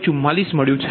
0244 મળ્યું છે